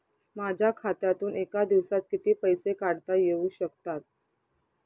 माझ्या खात्यातून एका दिवसात किती पैसे काढता येऊ शकतात?